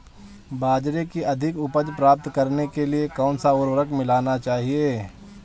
बाजरे की अधिक उपज प्राप्त करने के लिए कौनसा उर्वरक मिलाना चाहिए?